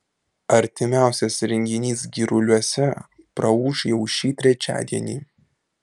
artimiausias renginys giruliuose praūš jau šį trečiadienį